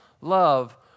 love